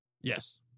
Yes